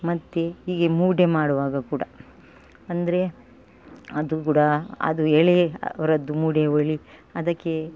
ಮತ್ತೆ ಹೀಗೆ ಮೂಡೆ ಮಾಡುವಾಗ ಕೂಡ ಅಂದ್ರೆ ಅದು ಕೂಡ ಅದು ಎಳೆ ಅವರದ್ದು ಮೂಡೆ ಒಳಿ ಅದಕ್ಕೆ